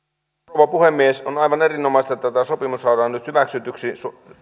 rouva puhemies on aivan erinomaista että tämä sopimus saadaan nyt hyväksytyksi